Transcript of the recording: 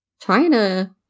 China